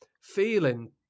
feeling